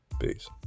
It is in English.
Peace